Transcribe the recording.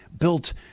built